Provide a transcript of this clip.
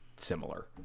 similar